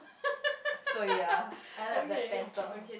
so ya I like Black-Panther